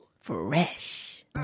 Fresh